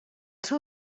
seu